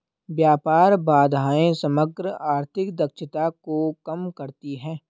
व्यापार बाधाएं समग्र आर्थिक दक्षता को कम करती हैं